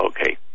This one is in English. okay